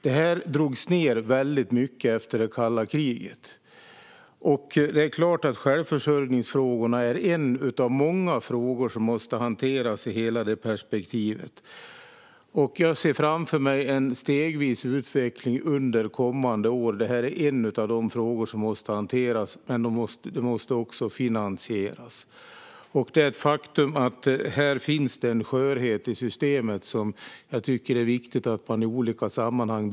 Det drogs ned väldigt mycket efter kalla kriget. Givetvis är självförsörjningsfrågorna en av många frågor som måste hanteras i hela detta perspektiv. Jag ser framför mig en stegvis utveckling under kommande år. Detta är som sagt en av de frågor som måste hanteras, men det måste också finansieras. Det är ett faktum att det finns en skörhet i systemet som det är viktigt att belysa i olika sammanhang.